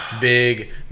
Big